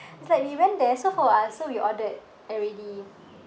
it's like we went there so four of us so we ordered already